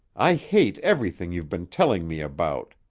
i hate everything you've been telling me about.